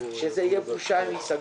שיהיה בושה אם ייסגרו.